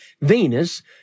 Venus